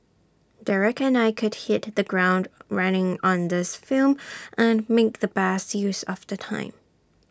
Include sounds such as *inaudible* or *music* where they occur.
Derek and I could hit the ground running on this film *noise* and make the best use of the time